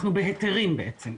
אנחנו בהיתרים בעצם.